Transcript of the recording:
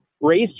race